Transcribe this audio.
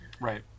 Right